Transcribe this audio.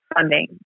funding